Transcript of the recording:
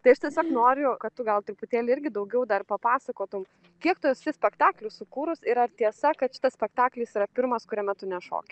tai aš tiesiog noriu kad tu gal truputėlį irgi daugiau dar papasakotum kiek tu esi spektaklių sukūrus ir ar tiesa kad šitas spektaklis yra pirmas kuriame tu nešoki